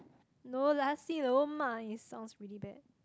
no nasi-lemak it sounds pretty bad